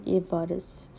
பாரு:paru